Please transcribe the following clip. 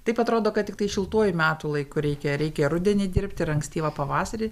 taip atrodo kad tiktai šiltuoju metų laiku reikia reikia rudenį dirbti ir ankstyvą pavasarį